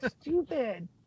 stupid